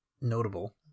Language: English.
notable